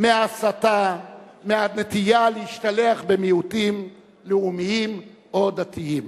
ההסתה, הנטייה להשתלח במיעוטים לאומיים או דתיים.